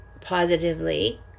positively